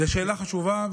זאת שאלה חשובה,